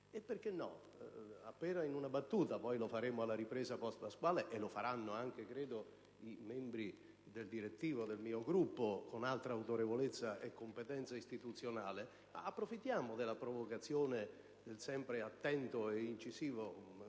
per rispondere appena in una battuta; lo faremo poi alla ripresa post‑pasquale, e lo faranno anche, credo, i membri del direttivo del mio Gruppo, con altra autorevolezza e competenza istituzionale. Approfittiamo della provocazione del sempre attento e incisivo